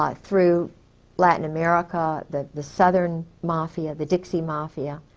um through latin america, the. the southern mafia. the dixie mafia.